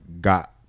got